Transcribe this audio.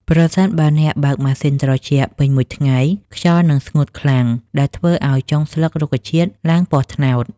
ប្រសិនបើអ្នកបើកម៉ាស៊ីនត្រជាក់ពេញមួយថ្ងៃ ខ្យល់នឹងស្ងួតខ្លាំង ដែលធ្វើឱ្យចុងស្លឹករុក្ខជាតិឡើងពណ៌ត្នោត។